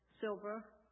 silver